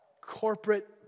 corporate